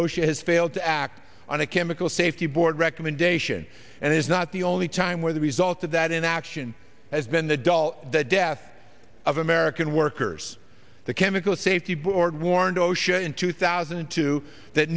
osha has failed to act on a chemical safety board recommendation and it's not the only time where the result of that inaction has been the dull the death of american workers the chemical safety board warned osha in two thousand and two that